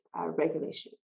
regulation